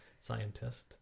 scientist